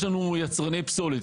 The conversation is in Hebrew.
יש לנו יצרני פסולת.